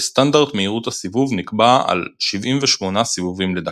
וסטנדרט מהירות הסיבוב נקבע על 78 סיבובים לדקה.